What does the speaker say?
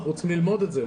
אנחנו רוצים ללמוד את זה.